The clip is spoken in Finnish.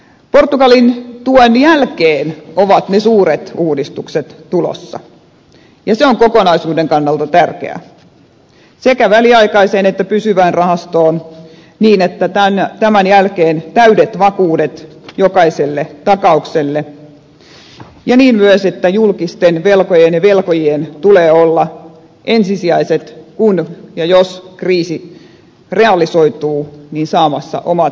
portugalin tuen jälkeen ovat ne suuret uudistukset tulossa ja se on kokonaisuuden kannalta tärkeää sekä väliaikaiseen että pysyvään rahastoon niin että tämän jälkeen jokaiselle takaukselle on täydet vakuudet ja myös niin että julkisten velkojen ja velkojien tulee olla ensisijaisesti jos ja kun kriisi realisoituu saamassa omat rahansa takaisin